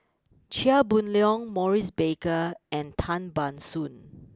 Chia Boon Leong Maurice Baker and Tan Ban Soon